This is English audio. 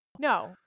No